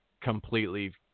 completely